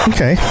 Okay